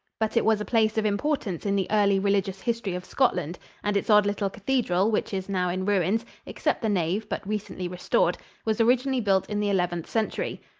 but it was a place of importance in the early religious history of scotland and its odd little cathedral, which is now in ruins except the nave, but recently restored was originally built in the eleventh century.